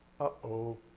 Uh-oh